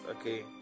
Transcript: okay